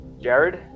Jared